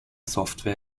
software